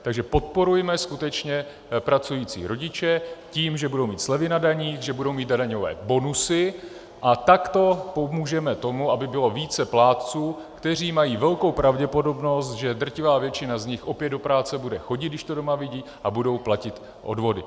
Takže podporujme skutečně pracující rodiče tím, že budou mít slevy na daních, že budou mít daňové bonusy, a takto pomůžeme tomu, aby bylo více plátců, kteří mají velkou pravděpodobnost, že drtivá většina z nich opět do práce bude chodit, když to doma vidí, a budou platit odvody.